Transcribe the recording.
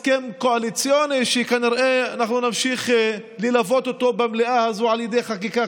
אבל היה שופט עליון שחשב שחוק ההסדרה הוא דווקא חוק הגיוני,